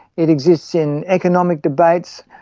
it exists in economic debates.